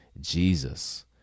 jesus